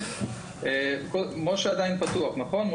משה עדיין מקשיב?